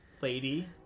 lady